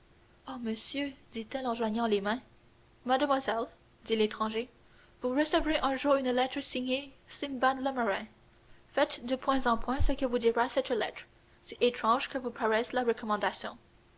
ô monsieur dit-elle en joignant les mains mademoiselle dit l'étranger vous recevrez un jour une lettre signée simbad le marin faites de point en point ce que vous dira cette lettre si étrange que vous paraisse la